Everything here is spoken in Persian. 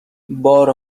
بار